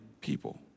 people